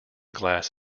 glass